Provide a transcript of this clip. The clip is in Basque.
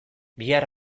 bihar